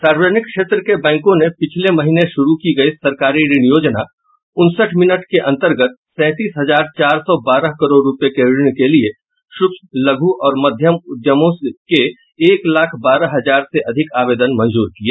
सार्वजनिक क्षेत्र के बैंकों ने पिछले महीने शुरू की गई सरकारी ऋण योजना उनसठ मिनट के अंतर्गत सैंतीस हजार चार सौ बारह करोड़ रुपये के ऋण के लिए सूक्ष्म लघु और मध्यम उद्यमों के एक लाख बारह हजार से अधिक आवेदन मंजूर किए